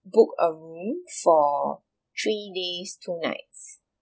book a room for three days two nights